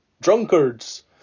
drunkards